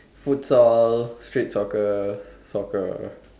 futsal street soccer soccer